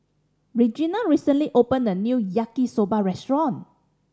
Regena recently opened a new Yaki Soba restaurant